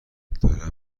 دارم